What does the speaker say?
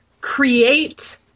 create